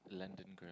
London grammar